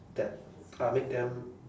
that uh make them